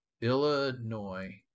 Illinois